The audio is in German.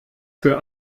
für